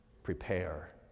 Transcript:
prepare